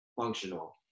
functional